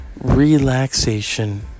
Relaxation